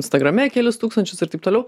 instagrame kelis tūkstančius ir taip toliau